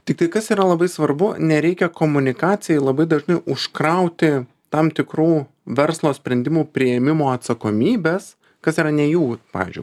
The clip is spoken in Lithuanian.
tiktai kas yra labai svarbu nereikia komunikacijai labai dažnai užkrauti tam tikrų verslo sprendimų priėmimo atsakomybės kas yra ne jų pavyzdžiui